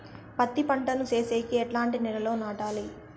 పత్తి పంట ను సేసేకి ఎట్లాంటి నేలలో నాటాలి?